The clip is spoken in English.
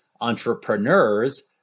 entrepreneurs